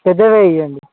పెద్దవి ఇవ్వండి